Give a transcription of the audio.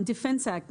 Defense act מ-2020.